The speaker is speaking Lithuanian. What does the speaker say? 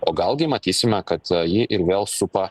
o gal gi matysime kad jį ir vėl supa